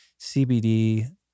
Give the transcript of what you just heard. CBD